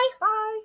Bye